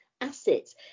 assets